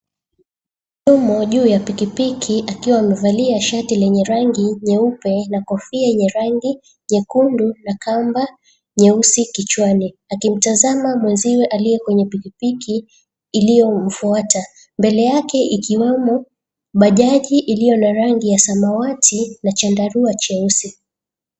Yumo juu ya pikipiki akiwa amevalia shati lenye rangi nyeupe na kofia yenye rangi nyekundu na kamba nyeusi kichwani, akimtazama mwenziwe aliye kwenye pikipiki iliyomfuata, mbele yake ikiwemo bajaji iliyo na rangi ya samawati na chandarua cheusi.